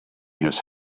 his